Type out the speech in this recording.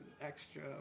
Extra